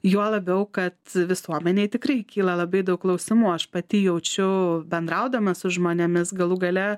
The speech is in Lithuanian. juo labiau kad visuomenei tikrai kyla labai daug klausimų aš pati jaučiu bendraudama su žmonėmis galų gale